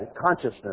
consciousness